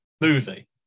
movie